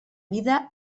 vida